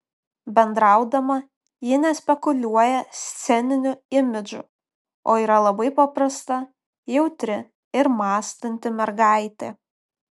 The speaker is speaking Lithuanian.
bendraudama ji nespekuliuoja sceniniu imidžu o yra labai paprasta jautri ir mąstanti mergaitė